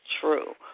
true